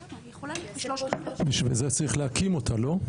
בשביל זה צריך להקים אותה, לא?